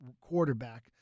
quarterback